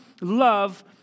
love